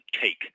take